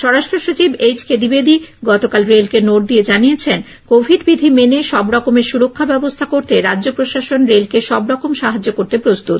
স্বরাষ্ট্রসচিব HK দ্বিবেদী গতকাল রেলকে নোট দিয়ে জানিয়েছেন কোভিড বিধি মেনে সব রকমের সুরক্ষা ব্যবস্থা করতে রাজ্য প্রশাসন রেলকে সাহায্য করতে প্রস্তুত